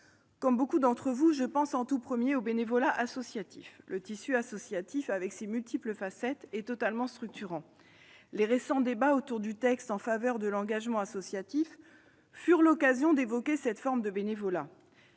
Comme beaucoup d'entre vous, je pense, en tout premier lieu, au bénévolat associatif. Le tissu associatif, avec ses multiples facettes, est totalement structurant. Les récents débats sur le texte en faveur de l'engagement associatif furent l'occasion d'évoquer cette forme de bénévolat.